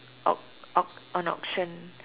auc~ auc~ on auction